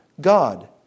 God